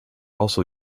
also